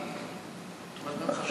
כי הדברים חשובים,